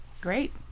Great